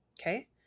Okay